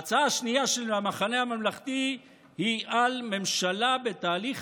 ההצעה השנייה של המחנה הממלכתי היא: ממשלה בתהליך